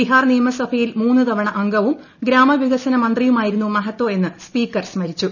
ബീഹാർ നിയമസഭയിൽ മൂന്നു തവണ അംഗവും ഗ്രാമ വികസന മന്ത്രിയുമായിരുന്നു മഹ്തോ എന്ന് സ്പീക്കർ സ്മരിച്ചു